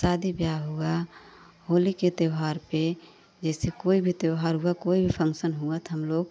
शादी ब्याह हुआ होली के त्योहार पर जैसे कोई भी त्योहार हुआ कोई भी फन्क्शन हुआ तो हमलोग